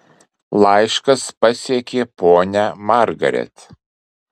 laiškas pasiekė ponią margaret